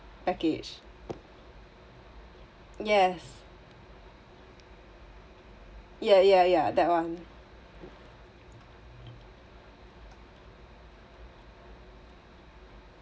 package yes yeah yeah yeah that one